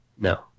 No